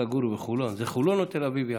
זה חולון או תל אביב-יפו,